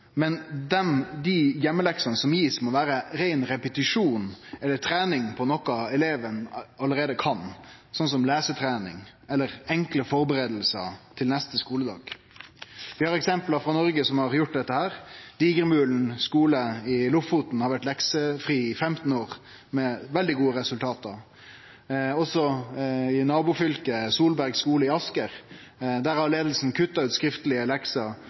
men dei heimeleksene som blir gitt, må vere rein repetisjon av eller trening på noko eleven allereie kan, som lesetrening eller enkle førebuingar til neste skuledag. Vi har eksempel på skular i Noreg som har gjort dette. Digermulen skole i Lofoten har vore leksefri i 15 år, med veldig gode resultat. Også i nabofylket vårt, ved Solberg skole i Asker, har leiinga kutta ut skriftlege lekser